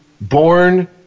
born